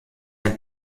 ein